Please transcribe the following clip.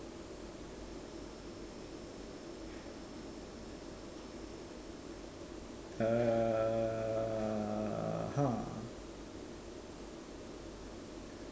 err !huh!